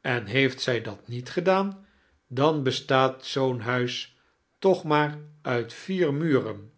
en heeft zij dat niet gedaan dan bestaat zoo'n huis toch maar uit vier muren